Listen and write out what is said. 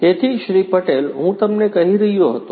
તેથી શ્રી પટેલ હું તમને કહી રહ્યો હતો